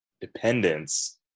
dependence